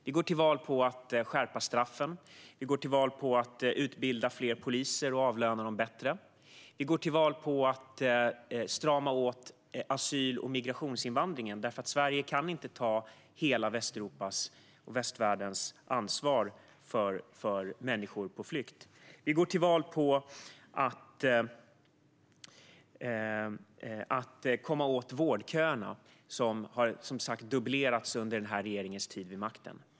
Vi går till val på att skärpa straffen. Vi går till val på att utbilda fler poliser och avlöna dem bättre. Vi går till val på att strama åt asyl och migrationsinvandringen, eftersom Sverige inte kan ta hela Västeuropas och västvärldens ansvar för människor på flykt. Vi går till val på att komma åt vårdköerna. De har som sagt dubblerats under den här regeringens tid vid makten.